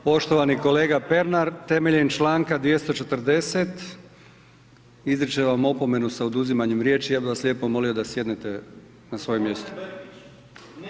Poštovani kolega Pernar, temeljem članka 240. izričem vam opomenu sa oduzimanjem riječi i ja bih vas lijepo molio da sjednete na svoje mjesto.